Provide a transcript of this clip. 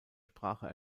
sprache